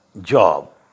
job